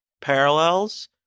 parallels